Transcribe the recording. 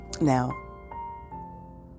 Now